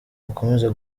bakomeze